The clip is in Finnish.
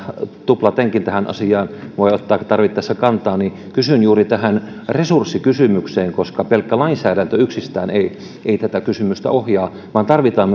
tuplatenkin tähän asiaan voi ottaa tarvittaessa kantaa niin kysyn juuri liittyen tähän resurssikysymykseen koska pelkkä lainsäädäntö yksistään ei ei tätä kysymystä ohjaa vaan tarvitaan